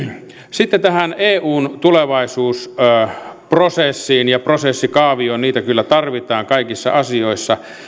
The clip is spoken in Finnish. sitten tästä eun tulevaisuusprosessista ja prosessikaaviosta niitä kyllä tarvitaan kaikissa asioissa